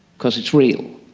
because it's real,